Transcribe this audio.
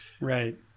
Right